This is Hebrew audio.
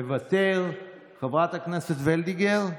מוותר, חברת הכנסת וולדיגר,